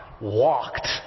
walked